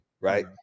right